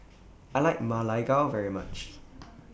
I like Ma Lai Gao very much